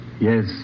Yes